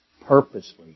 purposely